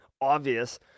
obvious